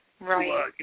right